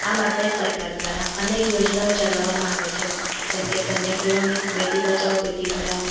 આ માટે સરકાર દ્વારા અનેક યોજનાઓ ચલાવામાં આવે છે જેમકે કન્યા કેળવણી બેટી બચાઓ બેટી પઢાઓ